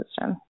system